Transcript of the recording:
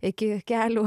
iki kelių